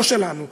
לא שלנו,